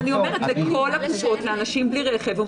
כל קופות החולים אומרות לאנשים בלי רכב: